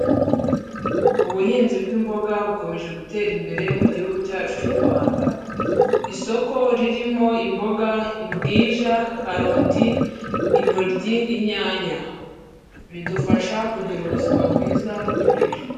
Ubuhinzi bw'imboga bukomeje gutera imbere mu gihugu cyacu cy'u Rwanda, isoko ririmo: imboga, imbwija, karoti, intoryi, inyanya bidufasha kugira ubuzima bwiza biturinda indwara.